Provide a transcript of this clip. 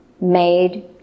made